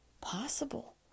possible